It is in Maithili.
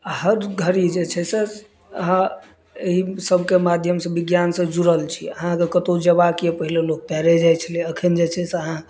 हर घड़ी जे छै से अहाँ एहि सभके माध्यमसँ विज्ञानसँ जुड़ल छी अहाँके कतौ जबाके पहिले लोक पएरे जाइ छलै अखन जे छै से अहाँ